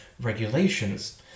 regulations